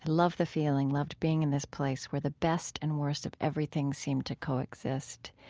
love the feeling, loved being in this place where the best and worst of everything seemed to coexist.